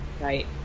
Right